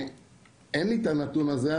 אין לי את הנתון הזה,